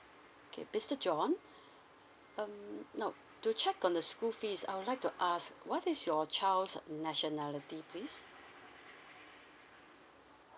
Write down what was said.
okay mister john um nope to check on the school fees I would like to ask what is your child's nationality please